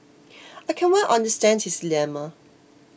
I can well understand his dilemma